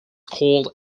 called